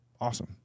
Awesome